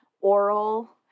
Oral